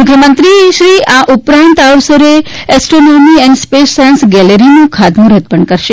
મુખ્યમંત્રી શ્રી આ ઉપરાંત આ અવસરે એસ્ટ્રોનોમી એન્ડ સ્પેસ સાયન્સ ગેલેરીનું ખાત મુહૂર્ત પણ કરશે